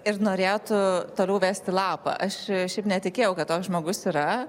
ir norėtų toliau vesti lapą aš šiaip netikėjau kad toks žmogus yra